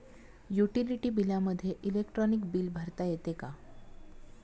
Utility बिलामध्ये electronic bill भरता येते का?